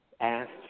asked